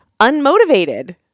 unmotivated